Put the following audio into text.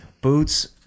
Boots